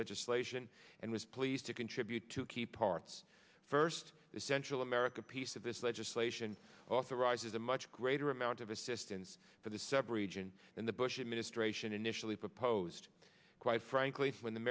legislation and was pleased to contribute two key parts first the central america piece of this legislation authorizes a much greater amount of assistance for the severi june in the bush administration initially proposed quite frankly when the